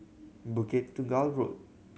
Bukit Tunggal Road